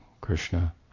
Krishna